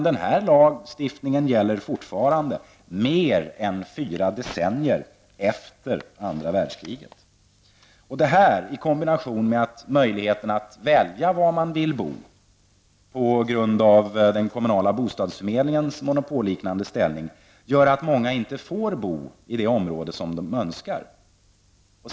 Den lagstiftningen gäller fortfarande, mer än fyra decennier efter andra världskriget. Detta i kombination med den kommunala bostadsförmedlingens monopolliknande ställning gör att många inte får bo i det område som de önskar.